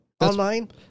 Online